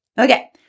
Okay